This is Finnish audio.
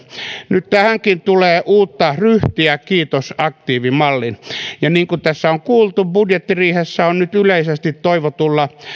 nyt tähänkin tulee uutta ryhtiä kiitos aktiivimallin ja niin kuin tässä on kuultu budjettiriihessä on nyt yleisesti toivotulla